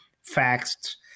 Facts